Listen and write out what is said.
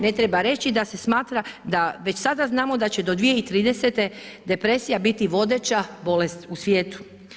Ne treba reći da se smatra da već sada znamo da će do 2030. depresija biti vodeća bolest u svijetu.